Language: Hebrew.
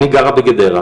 אני גרה בגדרה,